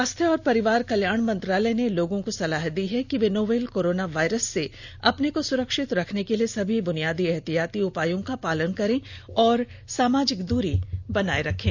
स्वास्थ्य और परिवार कल्याण मंत्रालय ने लोगों को सलाह दी है कि वे नोवल कोरोना वायरस से अपने को सुरक्षित रखने के लिए सभी बुनियादी एहतियाती उपायों का पालन करें और सामाजिक दूरी बनाए रखें